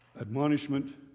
Admonishment